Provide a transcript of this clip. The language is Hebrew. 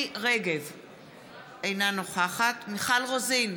אינה נוכחת מיכל רוזין,